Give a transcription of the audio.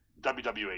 WWE